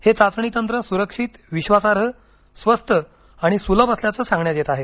हे चाचणी तंत्र सुरक्षित विश्वासार्ह स्वस्त आणि सुलभ असल्याचं सांगण्यात येत आहे